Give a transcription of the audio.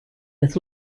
with